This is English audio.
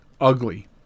ugly